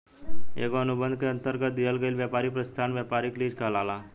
एगो अनुबंध के अंतरगत दिहल गईल ब्यपारी प्रतिष्ठान ब्यपारिक लीज कहलाला